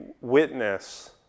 witness